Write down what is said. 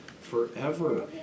forever